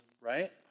right